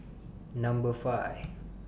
Number five